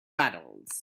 paddles